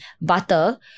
butter